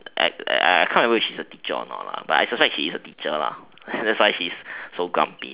I I can't remember if she's a teacher or not but I suspect she is a teacher ah that's why she's so grumpy